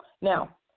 Now